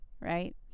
right